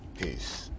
Peace